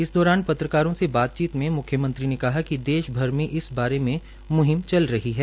इस दौरान पत्रकारों से बातचीत में म्ख्यमंत्री ने कहा कि देशभर में इस बारे में म्हिम चल रही है